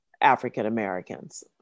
African-Americans